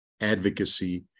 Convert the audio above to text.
advocacy